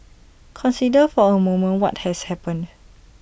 consider for A moment what has happened